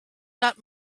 not